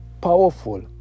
powerful